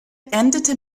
endete